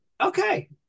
Okay